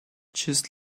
just